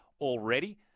already